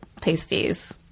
pasties